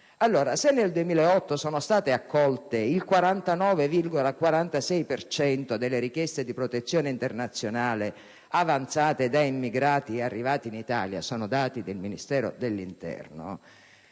- se nel 2008 è stato accolto il 49,46 per cento delle richieste di protezione internazionale avanzate da immigrati arrivati in Italia (sono dati del Ministero dell'interno),